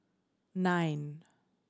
nine